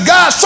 God